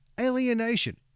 Alienation